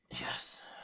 Yes